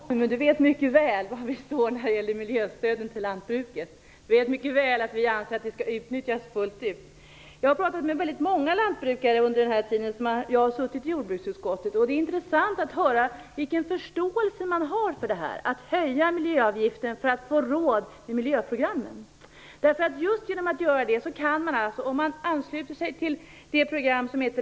Fru talman! Ingvar Eriksson låter som om vi hade den här debatten för första gången. Han vet mycket väl vad vi står när det gäller miljöstöden till lantbruket. Han vet mycket väl att vi anser att de skall utnyttjas fullt ut. Jag har pratat med väldigt många lantbrukare under den tid som jag har suttit i jordbruksutskottet. Det är intressant att höra vilken förståelse de har för detta att höja miljöavgiften för att få råd med miljöprogrammen.